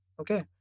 Okay